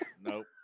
Nope